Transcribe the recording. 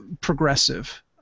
progressive